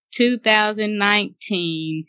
2019